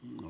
manu